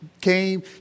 came